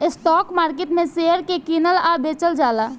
stock market में share के कीनल आ बेचल जाला